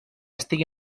estigui